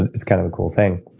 it's kind of a cool thing